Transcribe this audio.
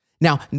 Now